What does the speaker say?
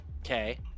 Okay